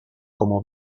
como